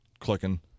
clicking